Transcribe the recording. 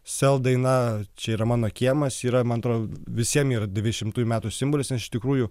sel daina čia yra mano kiemas yra man atrodo visiem yra devyniasdešimtųjų metų simbolis iš tikrųjų